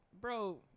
bro